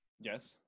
Yes